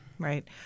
Right